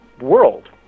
world